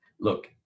Look